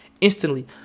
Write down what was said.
instantly